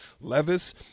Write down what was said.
Levis